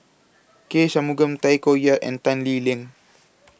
K Shanmugam Tay Koh Yat and Tan Lee Leng